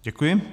Děkuji.